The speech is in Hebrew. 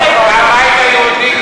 הבית היהודי.